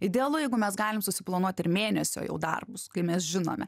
idealu jeigu mes galim susiplanuot ir mėnesio jau darbus kai mes žinome